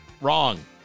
Wrong